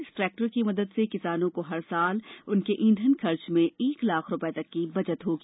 इस ट्रेक्टर की मदद से किसानों को हर साल उनके ईंधन खर्च में एक लाख रुपये तक की बचत होगी